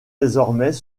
désormais